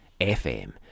FM